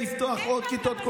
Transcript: אתה גאה לחלק נשקים,